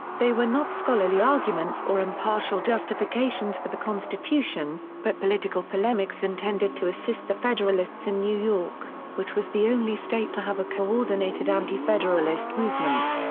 they were not scholarly arguments or impartial justifications for the constitution, but political polemics intended to assist the federalists in new york, which was the only state to have a coordinated anti-federalist movement.